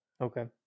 Okay